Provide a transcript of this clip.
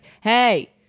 Hey